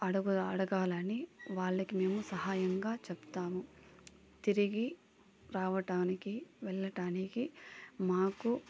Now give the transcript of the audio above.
అడుగ అడగాలని వాళ్లకి మేము సహాయంగా చెప్తాము తిరిగి రావటానికి వెళ్ళటానికి మాకు